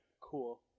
Cool